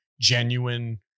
genuine